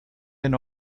and